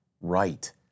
right